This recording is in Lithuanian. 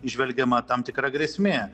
įžvelgiama tam tikra grėsmė